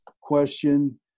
question